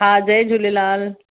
हा जय झूलेलाल